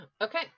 Okay